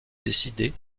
décidée